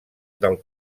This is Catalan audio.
del